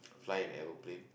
fly an aeroplane